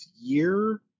year